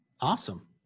Awesome